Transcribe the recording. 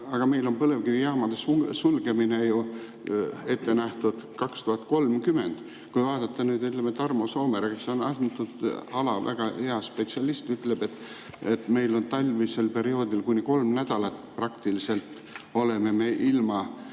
aga meil on põlevkivijaamade sulgemine ju ette nähtud 2030. Kui vaadata nüüd, Tarmo Soomere, kes on antud ala väga hea spetsialist, ütleb, et meil on talvisel perioodil kuni kolm nädalat, kui me praktiliselt oleme ilma